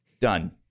Done